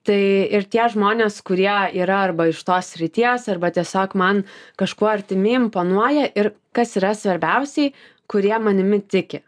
tai ir tie žmonės kurie yra arba iš tos srities arba tiesiog man kažkuo artimi imponuoja ir kas yra svarbiausiai kurie manimi tiki